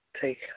take